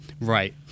Right